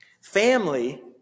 Family